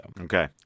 okay